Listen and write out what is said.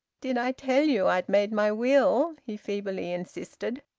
did i tell you i'd made my will? he feebly insisted.